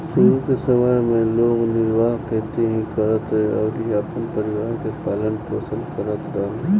शुरू के समय में लोग निर्वाह खेती ही करत रहे अउरी अपना परिवार के पालन पोषण करत रहले